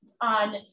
on